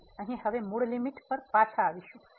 તેથી અહીં હવે મૂળ લીમીટ પર પાછા આવીશું